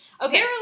Okay